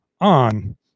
on